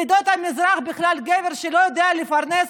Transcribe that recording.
בעדות המזרח בכלל גבר שלא יודע לפרנס,